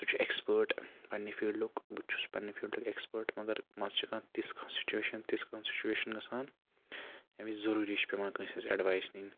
سُہ چھُ اٮ۪کٕسپٲٹ پنٛنہِ فیٖلڈُک بہٕ تہِ چھُس پنٛںہِ فیٖلڈُک اٮ۪کٕسپٲٹ مگر منٛزٕ چھےٚ کانٛہہ تِژھ کانٛہہ سُچویشَن تِژھ کانٛہہ سُچویشَن گژھان ییٚمہِ وِزِ ضروٗری چھِ پیٚوان کٲنٛسہِ ہِنٛز اٮ۪ڈوایس نِنۍ